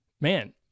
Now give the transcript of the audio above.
Man